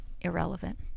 Irrelevant